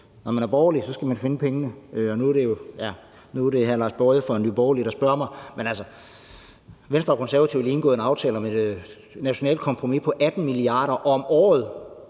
når man er borgerlig, skal man finde pengene. Og nu er det hr. Lars Boje Mathiesen fra Nye Borgerlige, der spørger mig, men altså Venstre og Konservative har lige indgået en aftale om et nationalt kompromis på 18 mia. kr. – om året!